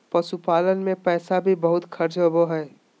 पशुपालन मे पैसा भी बहुत खर्च होवो हय